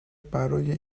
برای